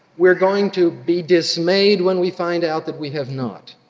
we're going to be dismayed when we find out that we have not